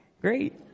great